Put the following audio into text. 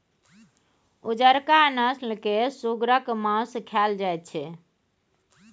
उजरका नस्ल केर सुगरक मासु खाएल जाइत छै